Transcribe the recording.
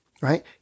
right